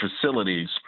facilities